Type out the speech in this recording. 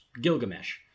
Gilgamesh